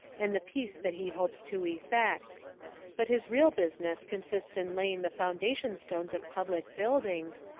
and the peace that he hopes to effect. but his real business consists in laying the foundation stones of public buildings,